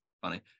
funny